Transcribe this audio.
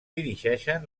dirigeixen